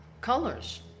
colors